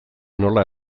nola